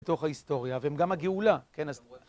בתוך ההיסטוריה והם גם הגאולה כן...